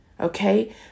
Okay